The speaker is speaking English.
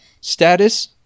Status